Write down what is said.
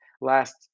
last